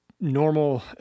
normal